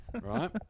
right